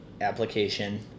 application